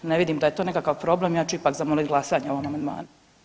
Ne vidim da je to nekakav problem, ja ću ipak zamoliti glasanje o ovom amandmanu.